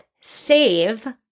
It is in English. save